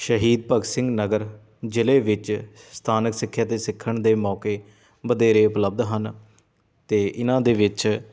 ਸ਼ਹੀਦ ਭਗਤ ਸਿੰਘ ਨਗਰ ਜ਼ਿਲ੍ਹੇ ਵਿੱਚ ਸਥਾਨਕ ਸਿੱਖਿਆ ਅਤੇ ਸਿੱਖਣ ਦੇ ਮੌਕੇ ਵਧੇਰੇ ਉਪਲਬਧ ਹਨ ਅਤੇ ਇਹਨਾਂ ਦੇ ਵਿੱਚ